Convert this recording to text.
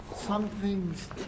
Something's